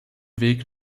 weg